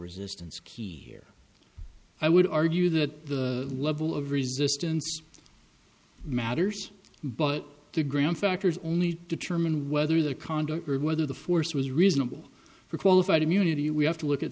resistance key here i would argue that the level of resistance matters but the ground factors only determine whether the conduct or whether the force was reasonable qualified immunity we have to look at